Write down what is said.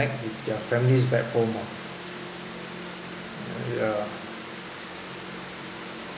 connect with their families back home ah yeah